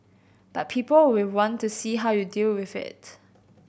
but people will want to see how you deal with it